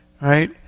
right